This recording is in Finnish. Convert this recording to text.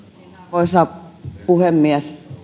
arvoisa puhemies